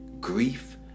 Grief